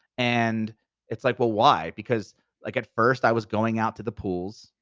and it's like, well why? because like at first, i was going out to the pools,